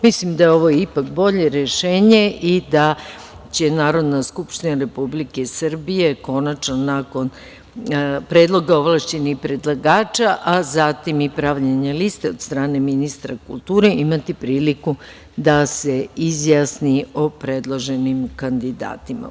Mislim da je ovo ipak bolje rešenje i da će Narodna skupština Republike Srbije, konačno nakon predloga ovlašćenih predlagača, a zatim i pravljenje liste od strane ministra kulture, imati priliku da se izjasni o predloženim kandidatima.